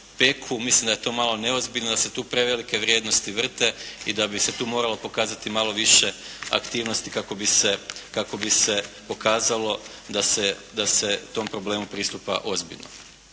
mislim da je to malo neozbiljno, da se tu prevelike vrijednosti vrte i da bi se tu moralo pokazati malo više aktivnosti kako bi se pokazalo da se tom problemu pristupa ozbiljno.